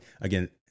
again